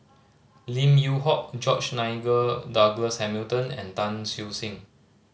Lim Yew Hock George Nigel Douglas Hamilton and Tan Siew Sin